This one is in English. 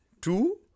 two